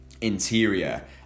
interior